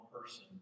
person